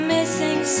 Missing